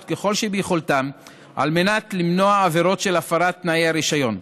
כל שביכולתם על מנת למנוע עבירות של הפרת תנאי הרישיון.